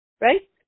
right